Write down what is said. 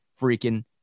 freaking